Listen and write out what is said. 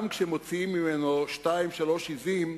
גם כשמוציאים ממנו שתיים-שלוש עזים,